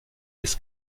des